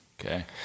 Okay